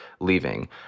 leaving